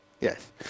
yes